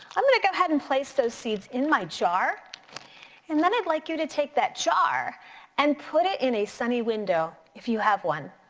i'm gonna go ahead and place those seeds in my jar and then i'd like you to take that jar and put it in a sunny window if you have one.